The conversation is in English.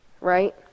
right